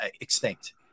extinct